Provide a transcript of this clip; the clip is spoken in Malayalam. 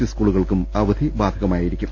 ഇ സ്കൂളുകൾക്കും അവധി ബാധകമായിരിക്കും